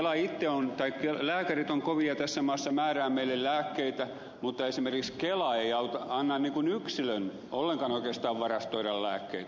kela itse on tai lääkärit ovat kovia tässä maassa määräämään meille lääkkeitä mutta esimerkiksi kela ei anna yksilön ollenkaan oikeastaan varastoida lääkkeitä